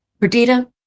perdita